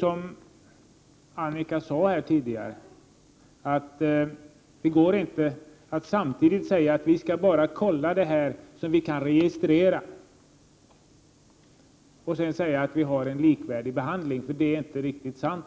Som Annika Åhnberg sade här tidigare går det inte att säga att vi skall kolla bara det vi kan registrera och att hävda att vi därmed har en likvärdig behandling. Det är inte riktigt sant.